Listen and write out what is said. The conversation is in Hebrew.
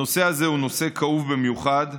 הנושא הזה הוא נושא כאוב במיוחד,